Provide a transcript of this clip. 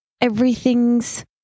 everything's